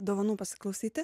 dovanų pasiklausyti